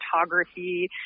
photography